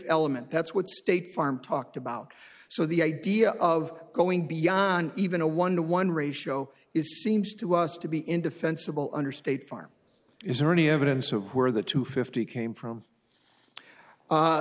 element that's what state farm talked about so the idea of going beyond even a one to one ratio is seems to us to be indefensible under state farm is there any evidence of where the two fifty came from